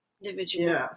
individual